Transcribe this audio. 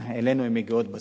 אלינו הן מגיעות בסוף.